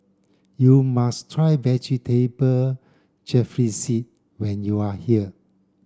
you must try Vegetable Jalfrezi when you are here